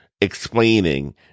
explaining